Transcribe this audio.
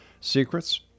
Secrets